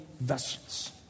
vessels